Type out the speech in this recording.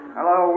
Hello